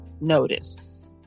notice